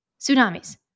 Tsunamis